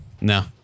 No